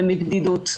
ומבדידות.